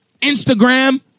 Instagram